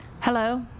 Hello